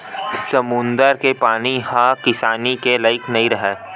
समुद्दर के पानी ह किसानी के लइक नइ राहय